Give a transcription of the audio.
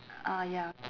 ah ya